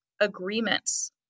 agreements